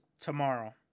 Tomorrow